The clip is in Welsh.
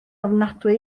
ofnadwy